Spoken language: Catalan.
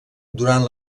durant